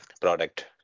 product